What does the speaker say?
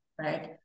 right